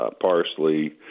parsley